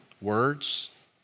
words